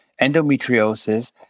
Endometriosis